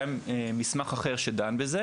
יש מסמך אחר שדן בזה.